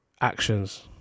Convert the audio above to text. actions